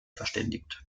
verständigt